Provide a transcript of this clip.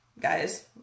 Guys